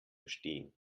verstehen